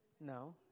No